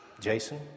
Jason